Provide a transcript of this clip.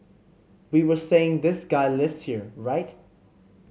we were saying this guy lives here right